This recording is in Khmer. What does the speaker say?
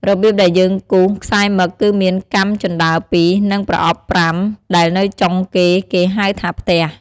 របៀបដែរយើងគូសខ្សែមឹកគឺមានកាំជន្តើរ២ និង ប្រអប់៥ដែលនៅចុងគេគេហៅថាផ្ទះ។